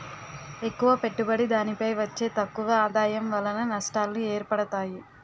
ఎక్కువ పెట్టుబడి దానిపై వచ్చే తక్కువ ఆదాయం వలన నష్టాలు ఏర్పడతాయి